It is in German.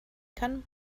kann